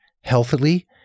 healthily